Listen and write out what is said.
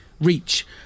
reach